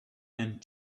and